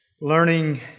learning